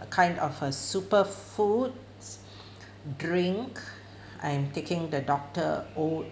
a kind of a superfood drink I'm taking the doctor oat